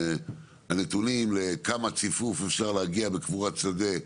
הנתונים לכמה ציפוף אפשר להגיע בקבורת שדה,